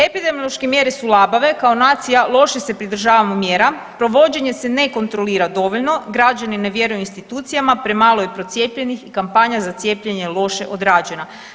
Epidemiološke mjere su labave, kao nacija loše se pridržavamo mjera, provođenje se ne kontrolira dovoljno, građani ne vjeruju institucijama, premalo je procijepljenih i kampanja za cijepljenje je loše odrađena.